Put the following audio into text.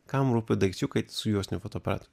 kam rūpi daikčiukai su juostiniu fotoaparatu